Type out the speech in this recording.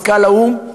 מזכ"ל האו"ם.